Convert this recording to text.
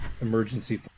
emergency